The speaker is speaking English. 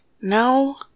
No